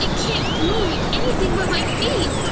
and can't move anything but my feet!